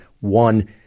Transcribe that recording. one